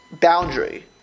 boundary